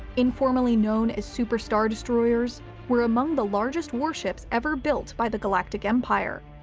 informally known as super star destroyers were among the largest warships ever built by the galactic empire.